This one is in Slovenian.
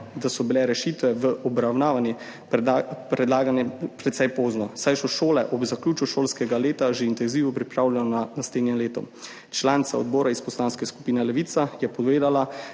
da so bile rešitve v obravnavani predlagane precej pozno, saj so šole ob zaključku šolskega leta že intenzivno pripravljene naslednje leto. Članica odbora iz Poslanske skupine Levica je povedala,